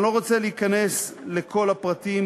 אני לא רוצה להיכנס לכל הפרטים,